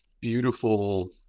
beautiful